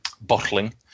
bottling